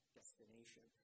destination